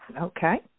Okay